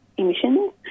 emissions